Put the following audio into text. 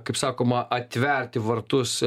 kaip sakoma atverti vartus